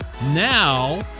Now